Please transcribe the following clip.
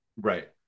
right